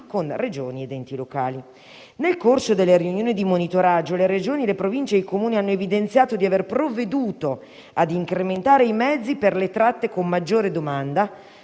con Regioni ed enti locali. Nel corso della riunione di monitoraggio, le Regioni, le Province e i Comuni hanno evidenziato di aver provveduto ad incrementare i mezzi per le tratte con maggiore domanda,